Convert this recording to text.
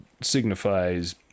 signifies